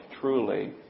truly